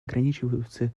ограничиваются